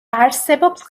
არსებობს